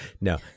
No